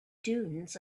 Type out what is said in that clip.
dunes